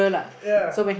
ya